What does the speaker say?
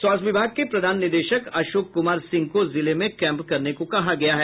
स्वास्थ्य विभाग के प्रधान निदेशक अशोक कुमार सिंह को जिले में कैंप करने को कहा गया है